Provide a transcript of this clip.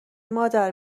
مادر